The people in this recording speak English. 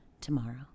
tomorrow